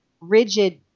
rigid